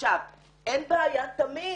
אין בעיה, תמיד